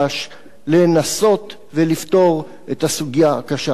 לנסות ולפתור את הסוגיה הקשה הזאת.